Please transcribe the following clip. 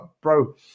bro